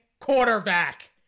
quarterback